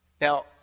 Now